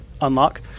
unlock